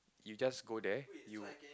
you just go there you